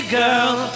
girl